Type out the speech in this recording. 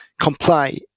comply